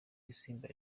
isimbi